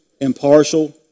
impartial